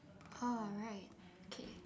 alright okay